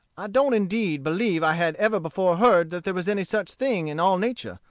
i don't indeed believe i had ever before heard that there was any such thing in all nature.